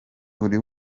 buri